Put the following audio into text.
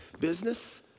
business